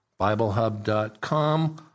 BibleHub.com